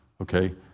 Okay